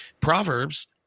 Proverbs